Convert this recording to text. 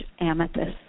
amethyst